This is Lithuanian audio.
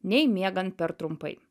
nei miegant per trumpai